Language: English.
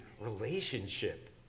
relationship